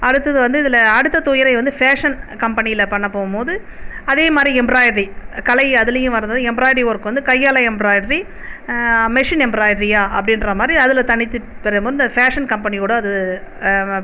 அடுத்தது வந்து இதில் அடுத்த துறை வந்து ஃபேஷன் கம்பனியில் பண்ண போகுமோது அதே மாதிரி எம்ப்ராய்டரி கலை அதுலேயும் வரதுனால எம்ப்ராய்டரி ஒர்க் வந்து கையால் எம்ப்ராய்டரி மெஷின் எம்ப்ராய்டரியா அப்படின்ற மாதிரி அதில் தனித்து பெற இந்த ஃபேஷன் கம்பெனிகூட அது